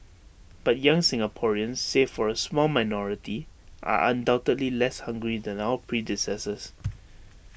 but young Singaporeans save for A small minority are undoubtedly less hungry than our predecessors